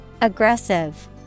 Aggressive